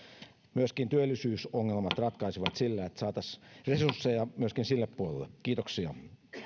myöskin työllisyysongelmat ratkeaisivat sillä että saataisiin resursseja myöskin sille puolelle kiitoksia